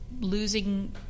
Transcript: losing